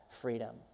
freedom